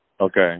okay